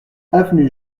avenue